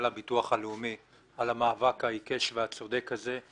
הביטוח הלאומי על המאבק העיקש והצודק הזה.